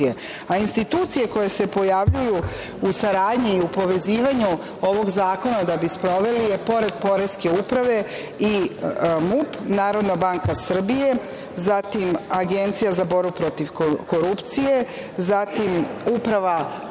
institucije. Institucije koje se pojavljuju u saradnji u povezivanju ovog zakona da bi sproveli je pored poreske uprave i MUP, Narodna banka Srbije, zatim Agencija za borbu protiv korupcije, zatim Uprava protiv